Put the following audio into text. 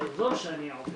באזור שאני עובד,